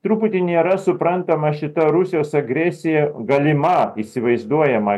truputį nėra suprantama šita rusijos agresija galima įsivaizduojama